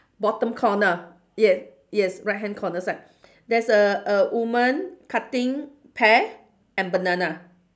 bottom corner yeah yes right hand corner side there's a a woman cutting pear and banana